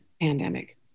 pandemic